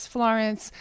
Florence